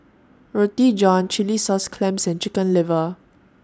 Roti John Chilli Sauce Clams and Chicken Liver